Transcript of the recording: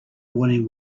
morning